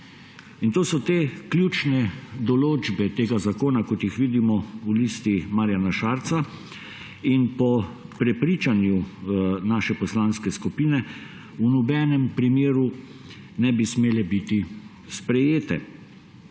To so te ključne določbe tega zakona, kot jih vidimo v Listi Marjana Šarca, in po prepričanju naše poslanske skupine v nobenem primeru ne bi smele biti sprejete.